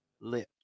lit